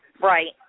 Right